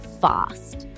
fast